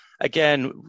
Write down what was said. again